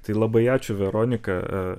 tai labai ačiū veronika